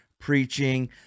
preaching